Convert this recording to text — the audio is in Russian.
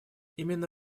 именно